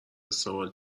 استقبال